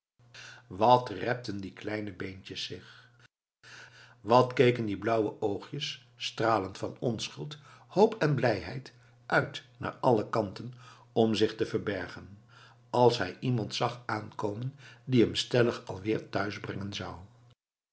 wat repten die kleine beentjes zich wat keken die blauwe oogjes stralend van onschuld hoop en blijheid uit naar alle kanten om zich te verbergen als hij iemand zag aankomen die hem stellig alweer thuis brengen zou